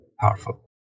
powerful